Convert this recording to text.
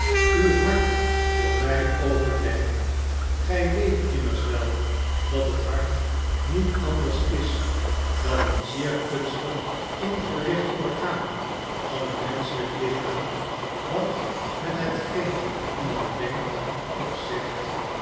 uw hart voor mij openleggen gij weet immers wel dat het hart niet anders is dan een zeer kunstig ingericht orgaan van het menschelijk lichaam dat met hetgeen iemand denkt of zegt